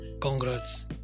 Congrats